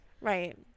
right